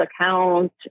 account